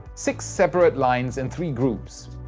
six separate lines in three groups.